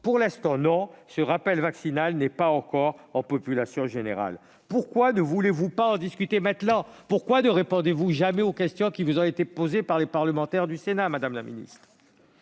Pour l'instant, non : ce rappel vaccinal n'est pas encore en population générale ». Pourquoi ne voulez-vous pas en discuter maintenant ? Pourquoi ne répondez-vous jamais aux questions qui vous sont posées par les parlementaires du Sénat, madame la ministre ?